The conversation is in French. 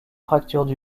fracture